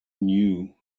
knew